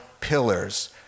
pillars